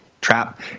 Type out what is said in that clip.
Trap